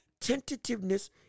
tentativeness